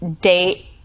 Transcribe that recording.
date